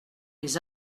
les